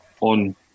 on